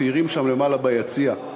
צעירים שם למעלה ביציע,